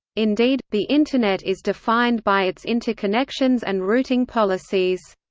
indeed, the internet is defined by its interconnections and routing policies.